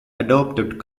adopted